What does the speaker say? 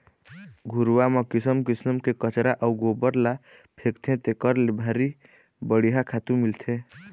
घुरूवा म किसम किसम के कचरा अउ गोबर ल फेकथे तेखर ले भारी बड़िहा खातू मिलथे